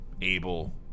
able